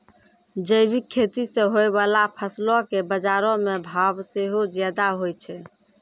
जैविक खेती से होय बाला फसलो के बजारो मे भाव सेहो ज्यादा होय छै